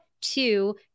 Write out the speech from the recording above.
Two